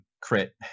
crit